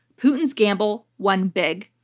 putin's gamble won big.